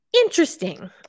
Interesting